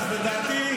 עזוב,